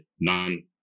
non